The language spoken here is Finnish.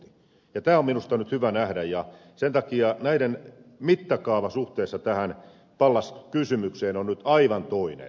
tämä on minusta nyt hyvä nähdä ja sen takia näiden mittakaava suhteessa tähän pallas kysymykseen on nyt aivan toinen